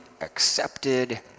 accepted